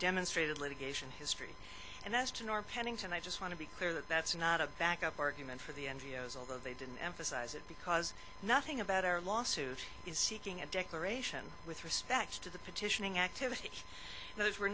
demonstrated litigation history and asked in our pennington i just want to be clear that that's not a back up argument for the ngos although they didn't emphasize it because nothing about our lawsuit is seeking a declaration with respect to the petitioning activity those were